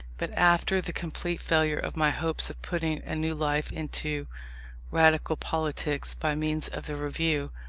but, after the complete failure of my hopes of putting a new life into radical politics by means of the review,